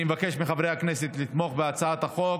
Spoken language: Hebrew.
אני מבקש מחברי הכנסת לתמוך בהצעת החוק,